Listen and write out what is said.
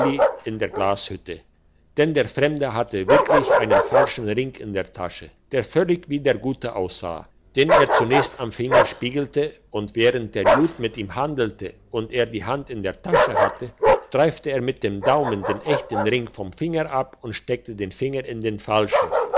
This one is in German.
in der glashütte denn der fremde hatte wirklich einen falschen ring in der tasche der völlig wie der gute aussah den er zuerst am finger spiegelte und während der jud mit ihm handelte und er die hand in der tasche hatte streifte er mit dem daumen den echten ring vom finger ab und steckte den finger in den falschen